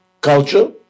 culture